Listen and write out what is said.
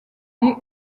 les